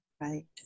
Right